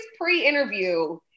pre-interview